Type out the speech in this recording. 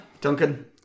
Duncan